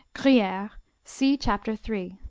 gruyere see chapter three.